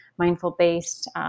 mindful-based